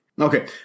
Okay